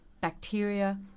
bacteria